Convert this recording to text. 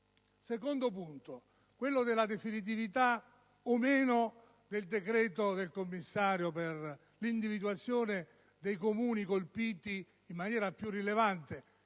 secondo punto è quello relativo alla definitività o meno del decreto del Commissario delegato all'individuazione dei Comuni colpiti in maniera più rilevante,